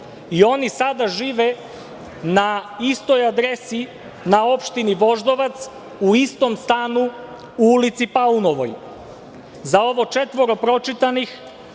i oni sada žive na istoj adresi na opštini Voždovac u istom stanu u ulici Paunovoj. Za ovo četvoro pročitanih